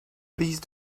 please